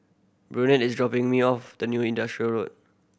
Burnett is dropping me off the New Industrial Road